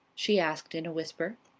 she asked in a whisper.